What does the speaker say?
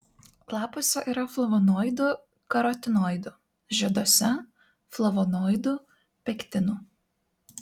lapuose yra flavonoidų karotinoidų žieduose flavonoidų pektinų